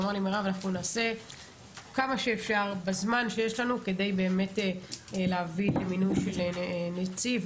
אמר לי שהם יעשו כמה שאפשר בזמן שיש לנו כדי באמת להביא למינוי של נציב,